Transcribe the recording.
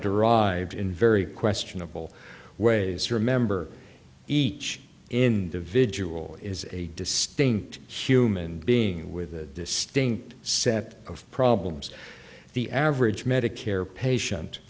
derived in very questionable ways to remember each individual is a distinct human being with a distinct set of problems the average medicare patient